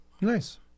Nice